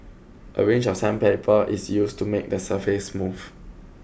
a range of sandpaper is used to make the surface smooth